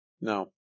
No